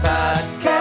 Podcast